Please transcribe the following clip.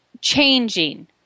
changing